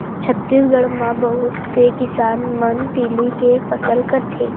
छत्तीसगढ़ म बहुत से किसान मन तिली के फसल करथे